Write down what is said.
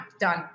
done